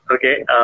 Okay